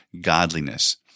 godliness